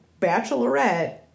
bachelorette